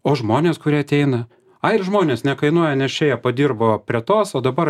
o žmonės kurie ateina ai ir žmonės nekainuoja nes čia jie padirbo prie tos o dabar